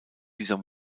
dieser